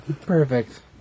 perfect